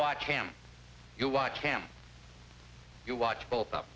watch him you watch him you watch both up